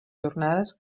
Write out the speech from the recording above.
jornades